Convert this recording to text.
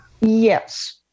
Yes